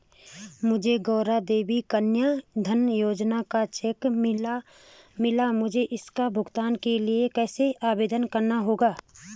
मुझे गौरा देवी कन्या धन योजना का चेक मिला है मुझे इसके भुगतान के लिए कैसे आवेदन करना होगा?